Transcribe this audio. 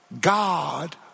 God